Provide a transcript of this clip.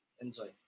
Enjoy